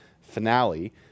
finale